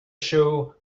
show